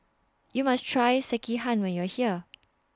YOU must Try Sekihan when YOU Are here